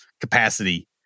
capacity